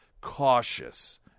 cautious